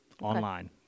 online